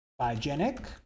biogenic